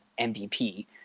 MVP